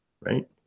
right